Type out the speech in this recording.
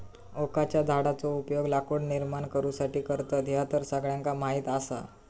ओकाच्या झाडाचो उपयोग लाकूड निर्माण करुसाठी करतत, ह्या तर सगळ्यांका माहीत आसा